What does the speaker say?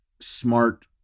smart